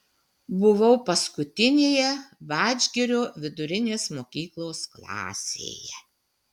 buvau paskutinėje vadžgirio vidurinės mokyklos klasėje